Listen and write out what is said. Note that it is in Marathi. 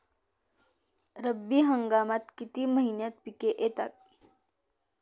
रब्बी हंगामात किती महिन्यांत पिके येतात?